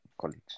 college